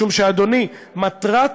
משום, אדוני, שמטרת